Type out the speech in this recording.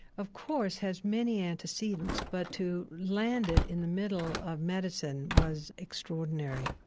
of course, has many antecedents, but to land it in the middle of medicine was extraordinary